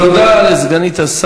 הברכה שלי